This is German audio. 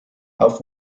auf